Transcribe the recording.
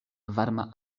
varma